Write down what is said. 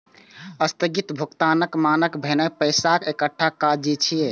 स्थगित भुगतानक मानक भेनाय पैसाक एकटा काज छियै